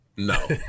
No